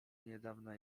niedawna